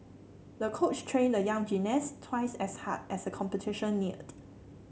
the coach trained the young gymnast twice as hard as the competition neared